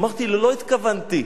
אמרתי לו: לא התכוונתי,